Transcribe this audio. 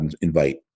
invite